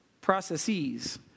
processes